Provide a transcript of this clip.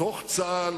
בתוך צה"ל